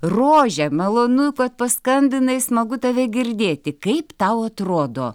rože malonu kad paskambinai smagu tave girdėti kaip tau atrodo